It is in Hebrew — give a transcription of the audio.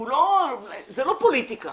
זה לא פוליטיקה